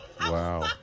Wow